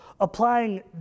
applying